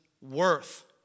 worth